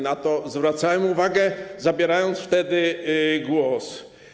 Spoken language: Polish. Na to zwracałem uwagę, zabierając wtedy głos.